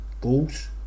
goals